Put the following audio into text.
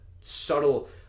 subtle